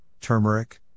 turmeric